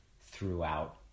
throughout